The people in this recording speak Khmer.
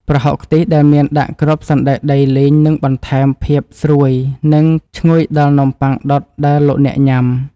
ប្រហុកខ្ទិះដែលមានដាក់គ្រាប់សណ្តែកដីលីងនឹងបន្ថែមភាពស្រួយនិងឈ្ងុយដល់នំប៉័ងដុតដែលលោកអ្នកញ៉ាំ។